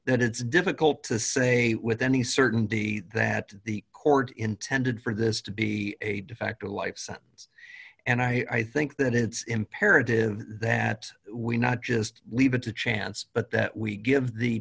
that it's difficult to say with any certainty that the court intended for this to be a de facto life sentence and i think that it's imperative that we not just leave it to chance but that we give the